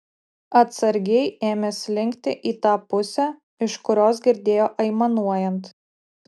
atsargiai ėmė slinkti į tą pusę iš kurios girdėjo aimanuojant